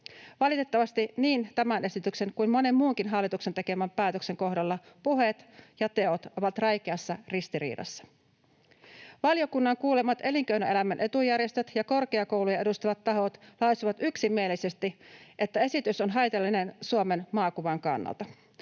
Valitettavasti niin tämän esityksen kuin monen muunkin hallituksen tekemän päätöksen kohdalla puheet ja teot ovat räikeässä ristiriidassa. Valiokunnan kuulemat elinkeinoelämän etujärjestöt ja korkeakouluja edustavat tahot lausuivat yksimielisesti, että esitys on haitallinen Suomen maakuvan kannalta.